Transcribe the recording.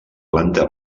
planta